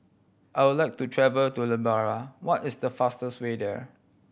I would like to travel to Liberia what is the fastest way there